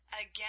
again